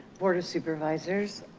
board of supervisors.